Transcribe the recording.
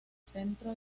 centro